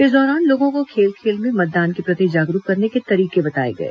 इस दौरान लोगों को खेल खेल में मतदान के प्रति जागरूक करने के तरीके बताए गए